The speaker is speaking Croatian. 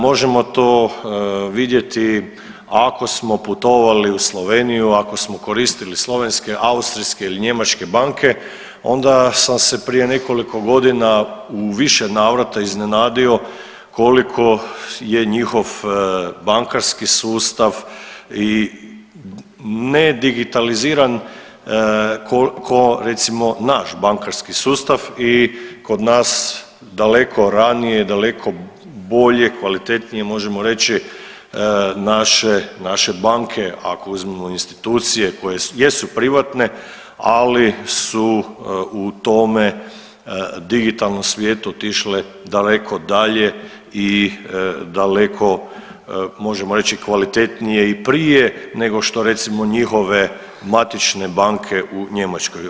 Možemo to vidjeti ako smo putovali u Sloveniju, ako smo koristili slovenske, austrijske ili njemačke banke onda sam se prije nekoliko godina u više navrata iznenadio koliko je njihov bankarski sustav i ne digitaliziran ko recimo naš bankarski sustav i kod nas daleko ranije, daleko bolje kvalitetnije možemo reći naše banke, ako uzmemo institucije koje jesu privatne, ali su u tome digitalnom svijetu otišle daleko dalje i daleko možemo reći kvalitetnije i prije nego što recimo njihove matične banke u Njemačkoj.